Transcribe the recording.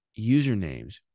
usernames